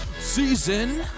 season